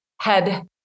head